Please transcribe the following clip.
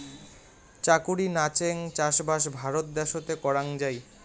চাকুরি নাচেঙ চাষবাস ভারত দ্যাশোতে করাং যাই